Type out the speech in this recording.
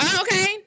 Okay